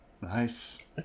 Nice